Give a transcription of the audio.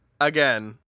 Again